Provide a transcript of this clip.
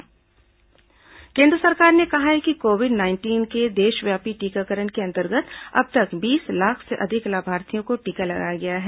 सरकार टीकाकरण केन्द्र सरकार ने कहा है कि कोविड नाइंटीन के देशव्यापी टीकाकरण के अंर्तगत अब तक बीस लाख से अधिक लाभार्थियों को टीका लगाया गया है